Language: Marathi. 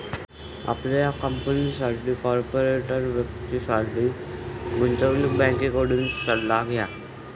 आपल्या कंपनीसाठी कॉर्पोरेट वित्तासाठी गुंतवणूक बँकेकडून सल्ला घ्या